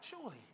surely